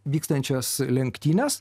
vykstančias lenktynes